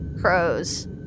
crows